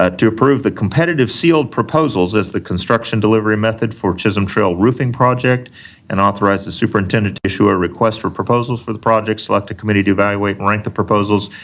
ah to approve the competitive sealed proposals as the construction delivery method for chisholm trail roofing project and authorize the superintendant to issue a request for proposals for the project, select a committee to evaluate and rank the proposals,